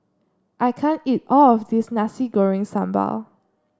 I can't eat all of this Nasi Goreng Sambal